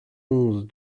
onze